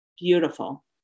Beautiful